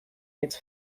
its